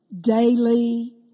daily